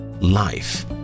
life